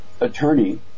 attorney